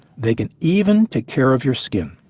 they can even take care of your skin.